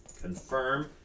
confirm